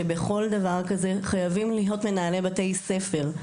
שבכל דבר כזה חייבים להיות מנהלי בתי ספר,